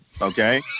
okay